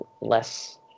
less